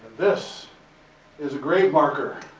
this is a grave marker.